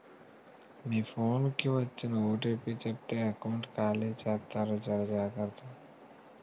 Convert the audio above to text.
మీ phone కి వచ్చిన OTP చెప్తే ఎకౌంట్ ఖాళీ జెత్తారు జర జాగ్రత్త